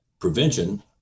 prevention